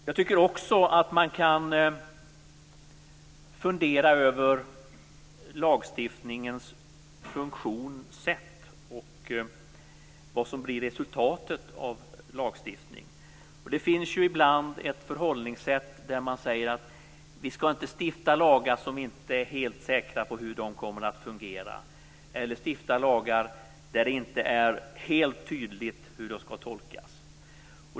Jag tycker också att man kan fundera över lagstiftningens funktionssätt och vad som blir resultatet av lagstiftning. Det finns ett förhållningssätt som innebär att man säger att vi inte skall stifta lagar om vi inte är helt säkra på hur de kommer att fungera eller om det inte är helt tydligt hur de skall tolkas.